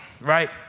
right